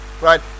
right